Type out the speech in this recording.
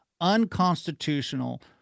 unconstitutional